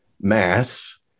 Mass